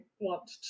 want